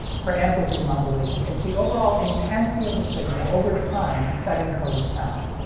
for amplitude modulation, it's the overall intensity of the signal over time that encodes sound.